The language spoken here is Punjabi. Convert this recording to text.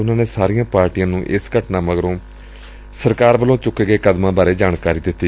ਉਨੂਾਂ ਨੇ ਸਾਰੀਆਂ ਪਾਰਟੀਆਂ ਨੂੰ ਇਸ ਘਟਨਾ ਮਗਰੋਂ ਸਰਕਾਰ ਵੱਲੋਂ ਚੁੱਕੇ ਗਏ ਕਦਮਾਂ ਬਾਰੇ ਜਾਣਕਾਰੀ ਦਿੱਤੀ